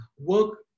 work